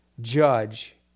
judge